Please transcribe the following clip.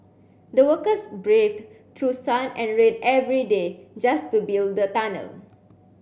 the workers braved through sun and rain every day just to build the tunnel